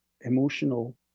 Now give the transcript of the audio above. emotional